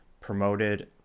promoted